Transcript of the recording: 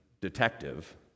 detective